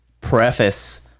preface